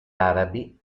arabi